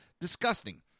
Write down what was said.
disgusting